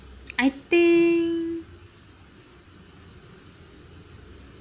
I think